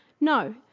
No